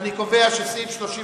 סעיפים 35